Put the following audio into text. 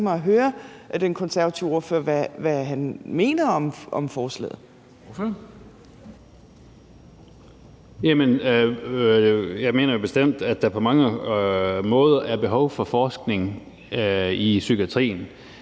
Larsen (KF): Jeg mener bestemt, at der på mange måder er behov for forskning i psykiatrien,